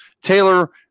Taylor